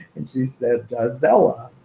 and she said ah zella.